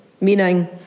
meaning